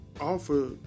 offer